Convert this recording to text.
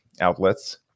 outlets